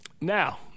Now